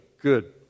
good